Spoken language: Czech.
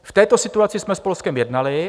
V této situaci jsme s Polskem jednali.